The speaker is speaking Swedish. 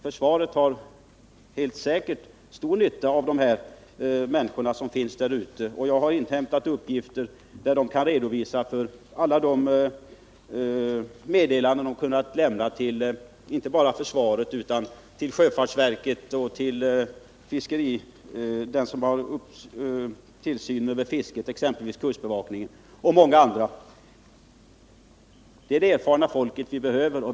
Försvaret har helt säkert stor nytta av de människor som finns där ute. Jag har inhämtat uppgifter, enligt vilka de kan redovisa för alla de meddelanden de kunnat lämna inte bara till försvaret utan även till sjöfartsverket och till dem som har hand om tillsynen av fisket, exempelvis kustbevakningen, och många andra. Det är det erfarna folket vi behöver.